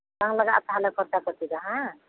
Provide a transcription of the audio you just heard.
ᱵᱟᱝ ᱞᱟᱜᱟᱜᱼᱟ ᱛᱟᱦᱚᱞᱮ ᱠᱷᱚᱨᱪᱟ ᱯᱟᱛᱤ ᱫᱚ ᱵᱟᱝ